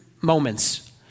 moments